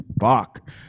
Fuck